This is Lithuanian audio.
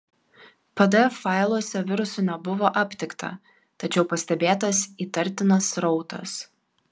pdf failuose virusų nebuvo aptikta tačiau pastebėtas įtartinas srautas